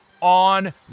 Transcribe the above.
on